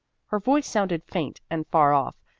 her voice sounded faint and far off,